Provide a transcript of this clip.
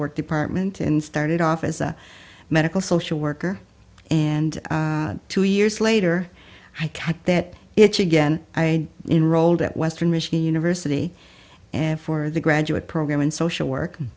work department and started off as a medical social worker and two years later i kept that it again i enrolled at western michigan university and for the graduate program in social work